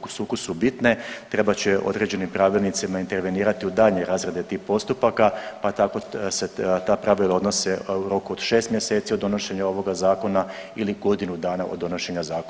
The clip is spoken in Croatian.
u sukusu bitne trebat će određenim pravilnicima intervenirati u dalje razrade tih postupaka, pa tako se ta pravila odnose u roku od šest mjeseci od donošenja ovoga zakona ili godinu dana od donošenja zakona.